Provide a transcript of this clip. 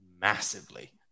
massively